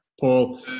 Paul